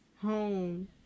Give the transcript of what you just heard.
home